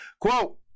Quote